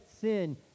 sin